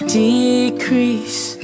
decrease